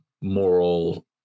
moral